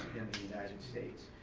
the united states.